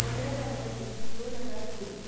पंदरा जानेवरी दोन हजार दोन